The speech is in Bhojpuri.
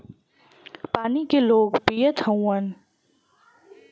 पानी के लोग पियत हउवन